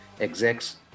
execs